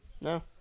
No